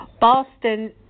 Boston